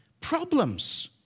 problems